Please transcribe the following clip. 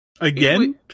Again